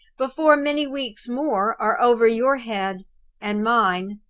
before many weeks more are over your head and mine.